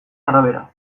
arabera